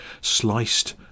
sliced